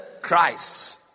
Christ